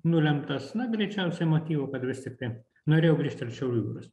nulemtas na greičiausiai motyvų kad vis tiktai norėjau grįžti arčiau jūros